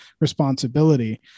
responsibility